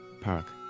Park